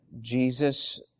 Jesus